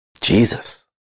Jesus